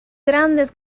grandes